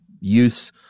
use